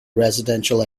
residential